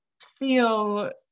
feel